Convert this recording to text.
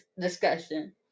discussion